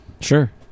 Sure